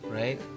right